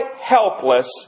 helpless